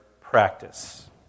practice